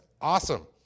awesome